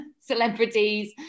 celebrities